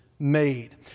Made